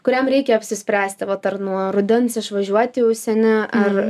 kuriam reikia apsispręsti vat ar nuo rudens išvažiuoti į užsienį ar